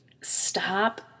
stop